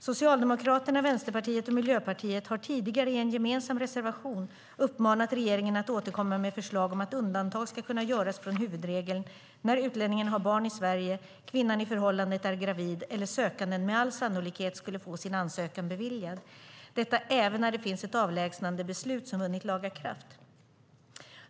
Socialdemokraterna, Vänsterpartiet och Miljöpartiet har tidigare i en gemensam reservation uppmanat regeringen att återkomma med förslag om att undantag ska kunna göras från huvudregeln när utlänningen har barn i Sverige, kvinnan i förhållandet är gravid eller sökanden med all sannolikhet skulle få sin ansökan beviljad, detta även när det finns ett avlägsnandebeslut som vunnit laga kraft.